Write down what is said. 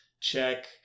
check